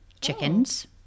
chickens